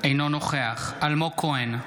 אינו נוכח אלמוג כהן,